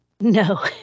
No